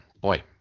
boy